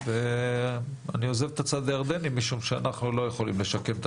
אני עוזב את הצד הירדני כי זה צד שאנחנו לא יכולים לשקם.